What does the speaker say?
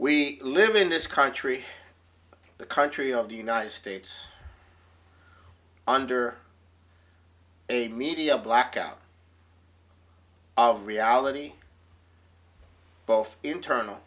we live in this country the country of the united states under a media blackout of reality both internal